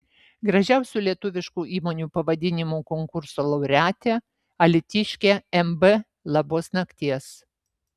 gražiausių lietuviškų įmonių pavadinimų konkurso laureatė alytiškė mb labos nakties